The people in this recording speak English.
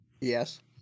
Yes